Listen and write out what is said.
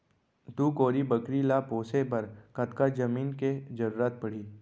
दू कोरी बकरी ला पोसे बर कतका जमीन के जरूरत पढही?